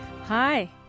Hi